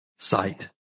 Sight